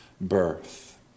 birth